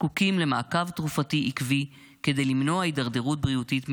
זקוקים למעקב תרופתי עקבי כדי למנוע הידרדרות בריאותית מהירה.